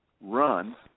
Run